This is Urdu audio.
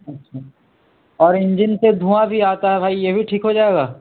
اچھا اور انجن سے دھواں بھی آتا ہے بھائی یہ بھی ٹھیک ہو جائے گا